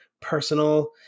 personal